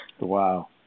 Wow